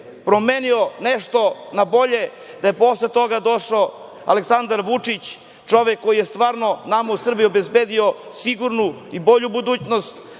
promenio nešto na bolje, da je posle toga došao Aleksandar Vučić, čovek koji je stvarno nama u Srbiji obezbedio sigurnu i bolju budućnost,